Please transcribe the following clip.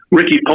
Ricky